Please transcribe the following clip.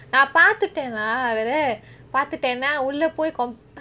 நான் பாத்துட்டேனா வேற பாத்துட்டேனா நான் உள்ளே போய்:naan paathutenaa vere paathutenaa ulle poi